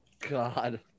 God